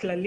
כללית,